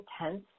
intense